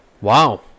Wow